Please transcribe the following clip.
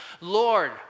Lord